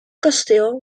kasteel